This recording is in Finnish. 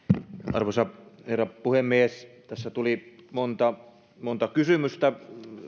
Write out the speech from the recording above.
arvoisa herra puhemies tässä tuli monta monta kysymystä